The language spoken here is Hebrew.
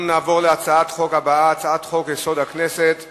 אנחנו עוברים להצעת החוק הבאה: הצעת חוק-יסוד: הכנסת (תיקון,